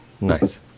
Nice